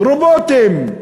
רובוטים.